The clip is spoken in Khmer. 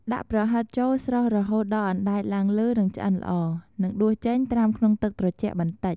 ដាក់ប្រហិតចូលស្រុះរហូតដល់អណ្ដែតឡើងលើ និងឆ្អិនល្អ និងដួសចេញត្រាំក្នុងទឹកត្រជាក់បន្តិច។